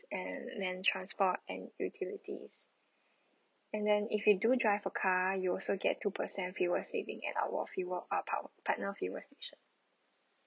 and then transport and utilities and then if you do drive a car you also get two percent fuel saving at our fuel our part~ partner fuel features